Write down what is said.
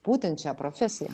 būtent šią profesiją